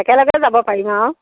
একেলগে যাব পাৰিম আৰু